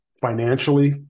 financially